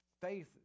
faith